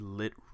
lit